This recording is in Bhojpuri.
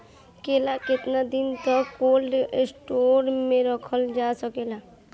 केला केतना दिन तक कोल्ड स्टोरेज में रखल जा सकेला?